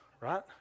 right